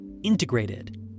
integrated